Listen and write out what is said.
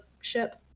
ship